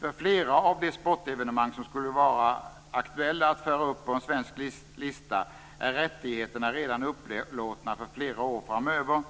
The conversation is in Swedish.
För flera av de sportevenemang, som skulle vara aktuella att föra upp på en svensk lista, är rättigheterna redan upplåtna för flera år framöver